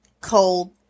cold